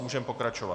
Můžeme pokračovat.